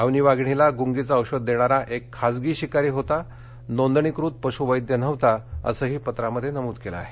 अवनी वाधिणीला गुंगीचं औषध देणारा क खासगी शिकारी होता नोंदणीकृत पशुवेद्य नव्हता असंही पत्रामध्ये नमूद केलं आहे